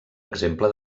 exemple